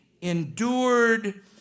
endured